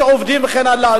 שעובדים וכן הלאה,